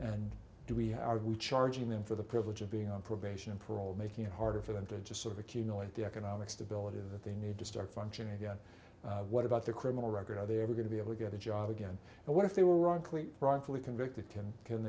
and do we how are we charging them for the privilege of being on probation parole making it harder for them to just sort of accumulate the economic stability that they need to start functioning again what about the criminal record are they ever going to be able to get a job again and what if they were wrongfully wrongfully convicted him can